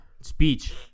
speech